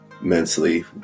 mentally